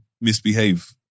misbehave